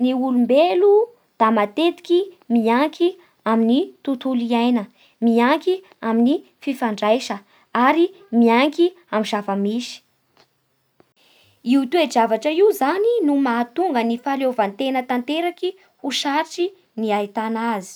Ny olombelo da matetiky miaiky amin'ny tontolo iaina, miaky amin'ny fifandraisa ary mianky amin'ny zava-misy. Io teo-javatra io zany no mahatonga ny fahaleovantegna tanteraky ho sarotsy ny ahitana azy.